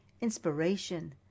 inspiration